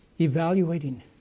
evaluating